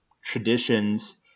traditions